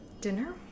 Dinner